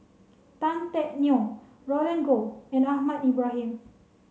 Tan Teck Neo Roland Goh and Ahmad Ibrahim